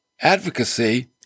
advocacy